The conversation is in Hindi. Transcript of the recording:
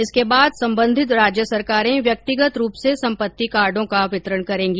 इसके बाद संबंधित राज्य सरकारें व्यक्तिगत रूप से संपत्ति कार्डों का वितरण करेगी